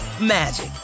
magic